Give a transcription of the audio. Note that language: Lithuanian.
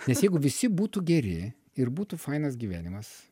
nes jeigu visi būtų geri ir būtų fainas gyvenimas